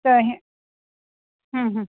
त हम्म हम्म